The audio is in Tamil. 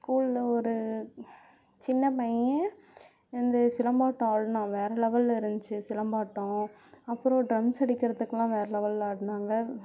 ஸ்கூலில் ஒரு சின்ன பையன் வந்து சிலம்பாட்டம் ஆடினான் வேறு லெவலில் இருந்துச்சி சிலம்பாட்டம் அப்புறம் ட்ரம்ஸ் அடிக்கிறதுக்குலாம் வேற லெவலில் ஆடுனாங்க